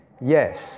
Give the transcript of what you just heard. yes